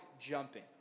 jumping